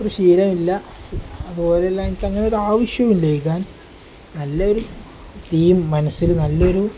ആ ശീലമില്ല അതുപോലെുള്ള എനിക്കങ്ങനൊരു ആവശ്യവും ഇല്ല എഴുതാൻ നല്ല ഒരു തീം മനസ്സിൽ നല്ല ഒരു